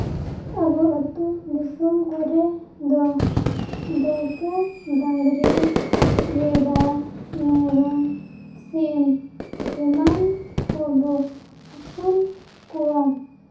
ᱟᱵᱚ ᱟᱹᱛᱩ ᱫᱤᱥᱚᱢ ᱠᱚᱨᱮ ᱫᱚ ᱫᱟᱹᱭᱠᱟᱹ ᱰᱟᱹᱝᱨᱤ ᱵᱷᱮᱰᱟ ᱢᱮᱨᱚᱢ ᱥᱤᱢ ᱮᱢᱟᱱ ᱠᱚᱵᱚ ᱟᱹᱥᱩᱞ ᱠᱚᱣᱟ